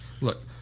Look